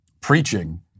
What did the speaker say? preaching